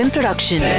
Production